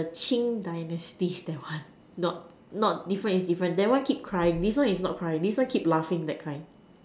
the qing dynasty that one not not different it's different that one keep crying this one is not crying this one keep laughing that kind